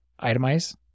itemize